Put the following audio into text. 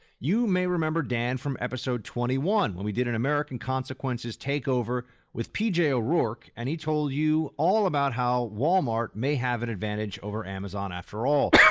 you may remember dan from episode twenty one when we did an american consequences takeover with pj o'rourke and he told you all about how wal-mart may have an advantage over amazon after all.